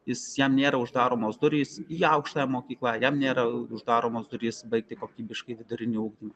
jis jam nėra uždaromos durys į aukštąją mokyklą jam nėra uždaromos durys baigti kokybiškai viduriniųjų